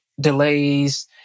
delays